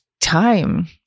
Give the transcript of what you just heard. time